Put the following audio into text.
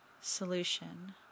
solution